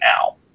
now